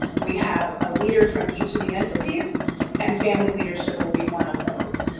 we have a leader from each of the entities and family leadership will be one of those.